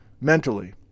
mentally